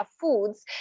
foods